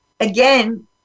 Again